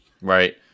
Right